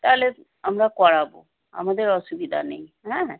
তাহলে আমরা করাব আমাদের অসুবিধা নেই হ্যাঁ